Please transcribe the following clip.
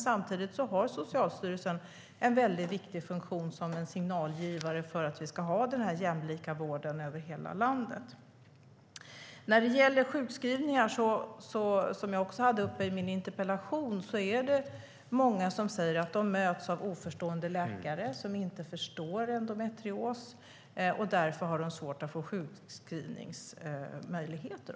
Samtidigt har Socialstyrelsen en viktig funktion som signalgivare för jämlik vård över hela landet. Jag tog upp sjukskrivning i min interpellation. Många möts av läkare som inte förstår endometrios och har därför svårt att bli sjukskrivna.